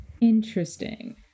Interesting